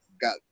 got